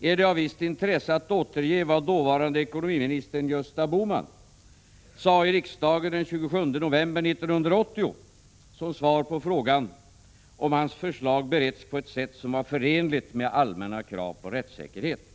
är det av visst intresse att återge vad dåvarande ekonomiministern Gösta Bohman sade i riksdagen den 27 november 1980 som svar på frågan om hans förslag beretts på ett sätt som var förenligt med allmänna krav på rättssäkerhet.